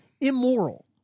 immoral